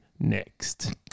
next